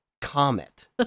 comet